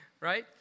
Right